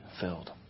filled